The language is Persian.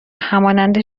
همانند